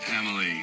Emily